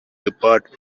depart